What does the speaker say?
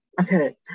Okay